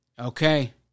Okay